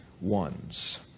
ones